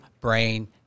brain